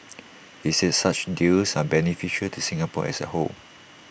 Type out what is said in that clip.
he said such deals are beneficial to Singapore as A whole